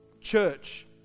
church